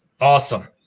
awesome